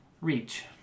reach